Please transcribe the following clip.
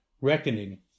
reckoning